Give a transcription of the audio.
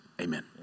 Amen